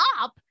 up